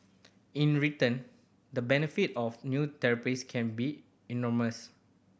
in return the benefit of new therapies can be enormous